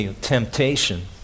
temptation